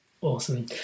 Awesome